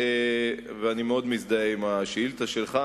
ואני מאוד מזדהה עם השאילתא שלך.